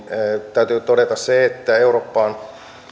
täytyy todeta se että eurooppaan